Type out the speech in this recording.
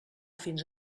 fins